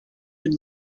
been